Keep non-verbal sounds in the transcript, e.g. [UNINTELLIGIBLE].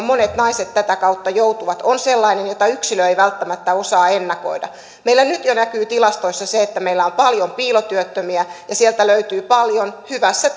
[UNINTELLIGIBLE] monet naiset tätä kautta joutuvat on sellainen jota yksilö ei välttämättä osaa ennakoida meillä nyt jo näkyy tilastoissa se että meillä on paljon piilotyöttömiä ja sieltä löytyy paljon hyvässä [UNINTELLIGIBLE]